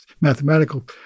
mathematical